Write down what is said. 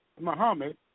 Muhammad